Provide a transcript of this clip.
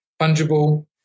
fungible